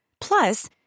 Plus